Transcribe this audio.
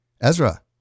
Ezra